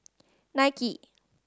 nike